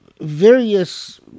various